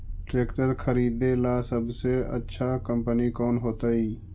Tractor खरीदेला सबसे अच्छा कंपनी कौन होतई?